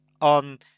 on